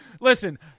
Listen